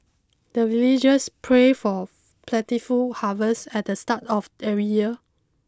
the villagers pray for plentiful harvest at the start of every year